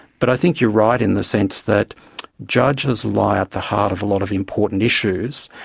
but i think you're right in the sense that judges lie at the heart of a lot of important issues,